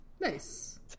Nice